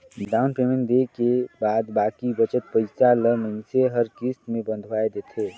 down payment देय के बाद बाकी बचत पइसा ल मइनसे हर किस्त में बंधवाए देथे